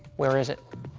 where is it?